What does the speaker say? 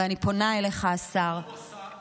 ואני פונה אליך, השר, מה הוא עשה?